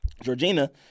Georgina